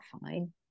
fine